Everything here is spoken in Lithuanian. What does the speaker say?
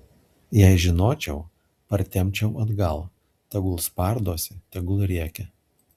jei žinočiau partempčiau atgal tegul spardosi tegul rėkia